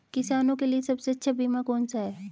किसानों के लिए सबसे अच्छा बीमा कौन सा है?